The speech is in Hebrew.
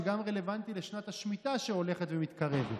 שגם רלוונטי לשנת השמיטה שהולכת ומתקרבת: